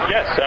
Yes